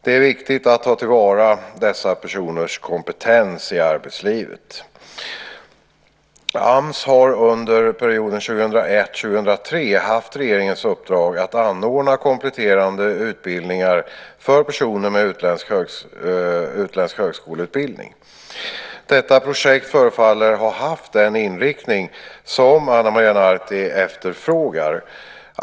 Det är viktigt att ta till vara dessa personers kompetens i arbetslivet. AMS har under perioden 2001-2003 haft regeringens uppdrag att anordna kompletterande utbildningar för personer med utländsk högskoleutbildning. Detta projekt förefaller ha haft den inriktning som Ana Maria Narti efterfrågar.